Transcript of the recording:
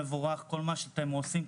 מבורך כל מה שאתם עושים,